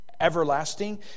everlasting